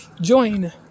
Join